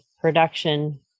production